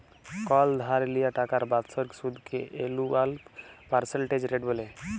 call ধার লিয়া টাকার বাৎসরিক সুদকে এলুয়াল পার্সেলটেজ রেট ব্যলে